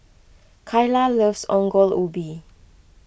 Kaila loves Ongol Ubi